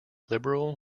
liberal